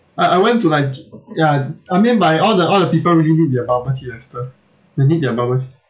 I I went to like ya I mean by all the all the people really need their bubble tea lester they need their bubble tea